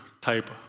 type